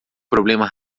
problema